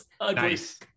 Nice